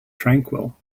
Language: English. tranquil